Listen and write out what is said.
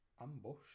ambush